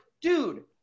dude